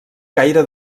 caire